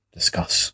discuss